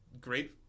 great